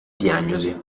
diagnosi